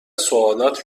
سوالات